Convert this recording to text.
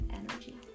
energy